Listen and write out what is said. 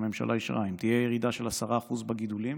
שהממשלה אישרה, אם תהיה ירידה של 10% בגידולים,